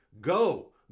go